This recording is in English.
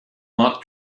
not